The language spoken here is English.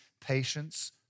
patience